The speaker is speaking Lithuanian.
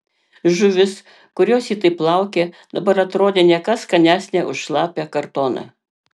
žuvis kurios ji taip laukė dabar atrodė ne ką skanesnė už šlapią kartoną